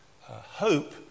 hope